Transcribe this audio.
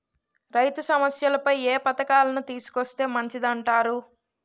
రైతు సమస్యలపై ఏ పథకాలను తీసుకొస్తే మంచిదంటారు?